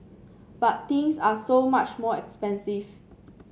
but things are so much more expensive